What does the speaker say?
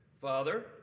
Father